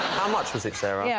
how much was it, sara? yeah